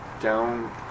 down